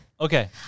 Okay